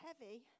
heavy